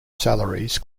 salaries